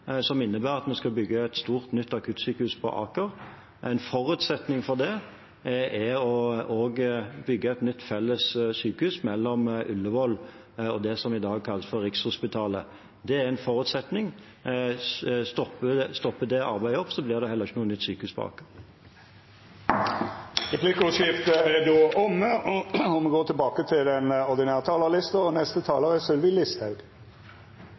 som innebærer at vi skal bygge et stort nytt akuttsykehus på Aker. En forutsetning for det er også å bygge et nytt felles sykehus mellom Ullevål og det som i dag kalles Rikshospitalet. Det er en forutsetning. Stopper det arbeidet opp, blir det heller ikke noe nytt sykehus på Aker. Replikkordskiftet er omme. For Fremskrittspartiet var innvandrings- og integreringspolitikk en av de aller viktigste sakene i forhandlingene. Fremskrittspartiet har styrt dette området med stø hånd i mange år, og resultatet nå er